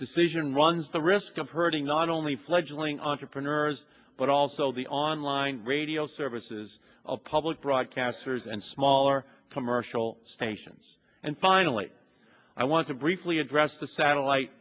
decision runs the risk of hurting not only fledgling entrepreneurs but also the online radio services of public broadcasters and smaller commercial stations and finally i want to briefly address the satellite